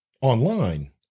online